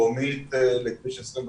דרומית לכביש 25